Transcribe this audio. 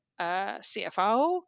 cfo